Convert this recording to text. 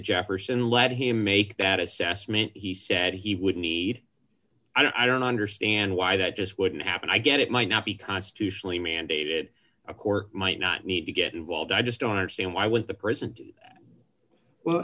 jefferson let him make that assessment he said he would need i don't understand why that just wouldn't happen i get it might not be constitutionally mandated a court might not need to get involved i just don't understand why when the president well